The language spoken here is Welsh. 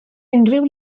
unrhyw